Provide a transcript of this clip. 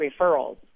referrals